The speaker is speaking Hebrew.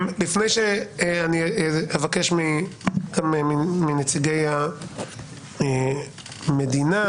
לפני שאבקש מנציגי המדינה,